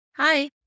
Hi